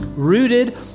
Rooted